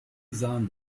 sahen